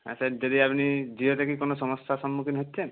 হ্যাঁ স্যার যদি আপনি জিও থেকে কোনো সমস্যার সম্মুখীন হচ্ছেন